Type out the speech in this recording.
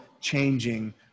changing